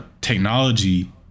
technology